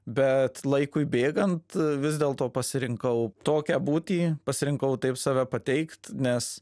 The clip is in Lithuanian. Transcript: bet laikui bėgant vis dėl to pasirinkau tokią būtį pasirinkau taip save pateikt nes